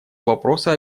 вопроса